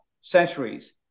centuries